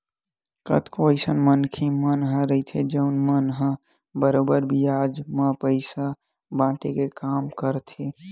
कतको अइसन मनखे मन ह रहिथे जउन मन ह बरोबर बियाज म पइसा बाटे के काम करथे